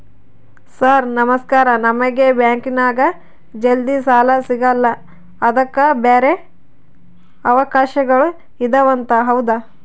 Sir ನಮಸ್ಕಾರ ನಮಗೆ ಬ್ಯಾಂಕಿನ್ಯಾಗ ಜಲ್ದಿ ಸಾಲ ಸಿಗಲ್ಲ ಅದಕ್ಕ ಬ್ಯಾರೆ ಅವಕಾಶಗಳು ಇದವಂತ ಹೌದಾ?